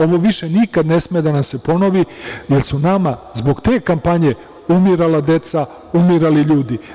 Ovo više nikada ne sme da nam se ponovi, jer su nama zbog te kampanje umirala deca, umirali ljudi.